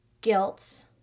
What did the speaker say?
guilt